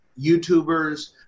YouTubers